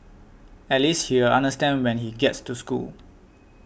at least he'll understand when he gets to school